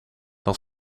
dan